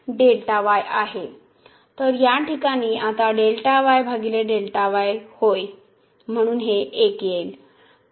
तर या ठिकाणी आता होय म्हणून हे 1 होईल